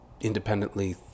independently